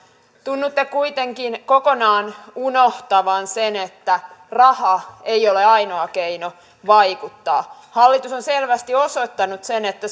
tunnutte kuitenkin kokonaan unohtavan sen että raha ei ole ainoa keino vaikuttaa hallitus on selvästi osoittanut sen että